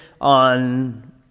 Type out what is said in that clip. on